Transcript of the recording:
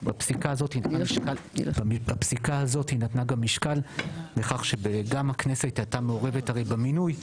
בפסיקה הזאת היא נתנה משקל גם לכך שגם הכנסת הייתה מעורבת במינוי.